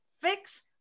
fix